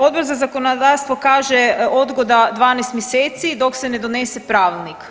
Odbor za zakonodavstvo kaže odgoda 12 mjeseci dok se ne donese pravilnik.